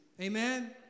Amen